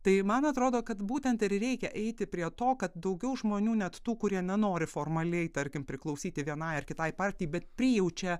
tai man atrodo kad būtent ir reikia eiti prie to kad daugiau žmonių net tų kurie nenori formaliai tarkim priklausyti vienai ar kitai partijai bet prijaučia